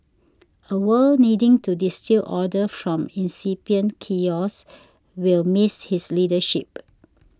a world needing to distil order from incipient chaos will miss his leadership